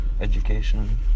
education